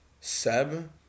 Seb